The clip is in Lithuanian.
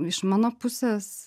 iš mano pusės